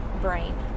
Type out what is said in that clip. brain